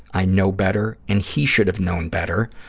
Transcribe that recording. i know better, and he should have known better.